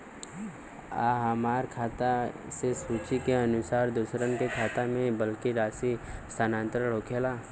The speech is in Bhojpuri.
आ हमरा खाता से सूची के अनुसार दूसरन के खाता में बल्क राशि स्थानान्तर होखेला?